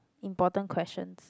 important questions